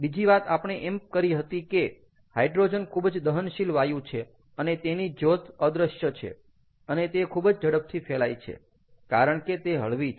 બીજી વાત આપણે એમ કરી હતી કે હાઈડ્રોજન ખુબ જ દહનશીલ વાયુ છે અને એની જ્યોત અદ્રશ્ય છે અને તે ખૂબ જ ઝડપથી ફેલાય છે કારણ કે તે હળવી છે